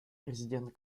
президент